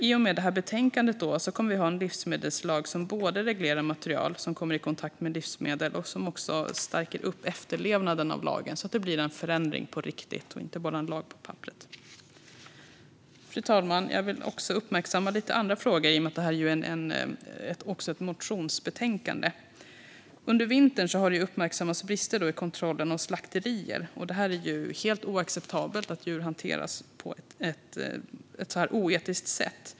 I och med betänkandet kommer vi att ha en livsmedelslag som både reglerar material som kommer i kontakt med livsmedel och stärker efterlevnaden av lagen så att det blir en förändring på riktigt och inte bara en lag på papperet. Fru talman! Jag vill också uppmärksamma lite andra frågor i och med att det också är ett motionsbetänkande. Under vintern har det uppmärksammats brister i kontrollen av slakterier. Det är helt oacceptabelt att djur hanteras på ett oetiskt sätt.